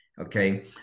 okay